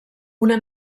una